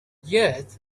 yet